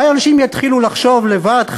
אולי אנשים יתחילו לחשוב לבד,